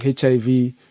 HIV